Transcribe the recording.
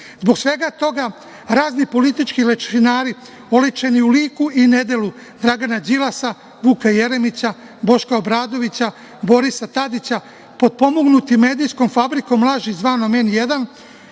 svega toga, razni politički lešinari, oličeni u liku i nedelu Dragana Đilasa, Vuka Jeremića, Boška Obradovića, Borisa Tadića, potpomognuti medijskom fabrikom laži, zvanom – N1,